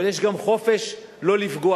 אבל יש גם חופש לא לפגוע.